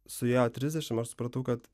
suėjo trisdešim aš supratau kad